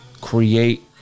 create